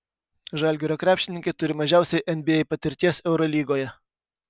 žalgirio krepšininkai turi mažiausiai nba patirties eurolygoje